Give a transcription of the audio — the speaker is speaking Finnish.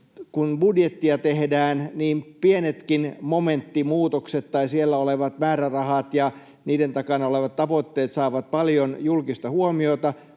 Kun budjettia tehdään, niin pienetkin momenttimuutokset tai siellä olevat määrärahat ja niiden takana olevat tavoitteet saavat paljon julkista huomiota,